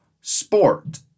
sport